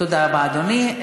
תודה רבה, אדוני.